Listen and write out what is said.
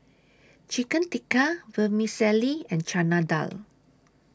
Chicken Tikka Vermicelli and Chana Dal